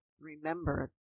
remember